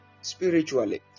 Spiritually